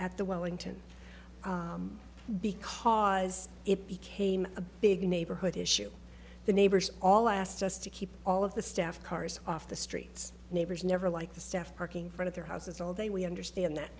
at the wellington because it became a big neighborhood issue the neighbors all asked us to keep all of the staff cars off the streets neighbors never like the staff parking for their houses all day we understand that